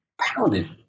Pounded